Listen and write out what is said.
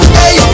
hey